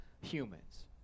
humans